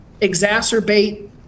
exacerbate